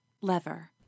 Lever